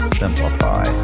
simplify